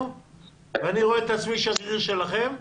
ואני רואה את עצמי שגריר שלכם,